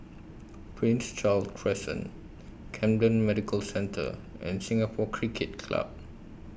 Prince Charles Crescent Camden Medical Centre and Singapore Cricket Club